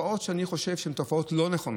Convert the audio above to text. תופעות שאני חושב שהן תופעות לא נכונות.